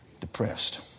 depressed